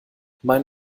mein